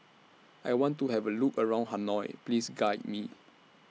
I want to Have A Look around Hanoi Please Guide Me